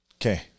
Okay